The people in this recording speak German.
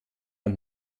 und